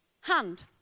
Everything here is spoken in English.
hand